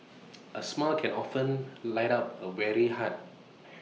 A smile can often light up A weary spirit